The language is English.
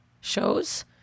shows